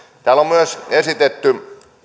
täällä on myös esitetty